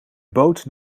boot